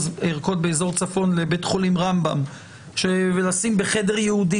באזור צפון לבית חולים רמב"ם ונשים בחדר ייעודי,